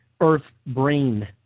earth-brain